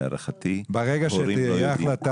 להערכתי הורים לא יודעים.